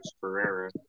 Pereira